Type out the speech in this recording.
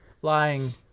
flying